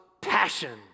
passion